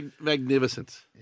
magnificent